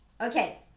okay